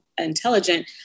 intelligent